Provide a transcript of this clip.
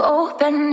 open